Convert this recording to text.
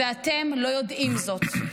-- ואתם לא יודעים זאת.